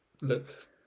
look